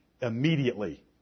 immediately